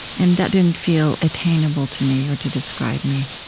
and that didn't feel attainable to me, or to describe me.